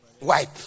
Wipe